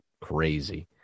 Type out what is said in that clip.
crazy